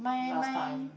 last time